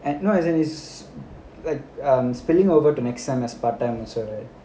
and not as in is like um spilling over to next semester as part time also right